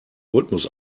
rhythmus